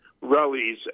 rallies